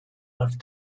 left